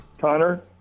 Connor